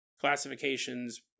classifications